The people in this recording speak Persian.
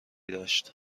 داشت